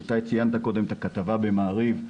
ציינת קודם את הכתבה במעריב,